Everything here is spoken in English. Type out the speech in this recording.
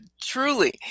Truly